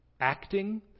acting